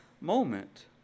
moment